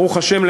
ברוך השם,